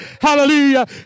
Hallelujah